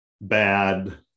bad